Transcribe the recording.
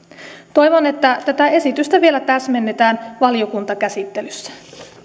toivon että tätä esitystä vielä täsmennetään valiokuntakäsittelyssä